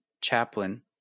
chaplain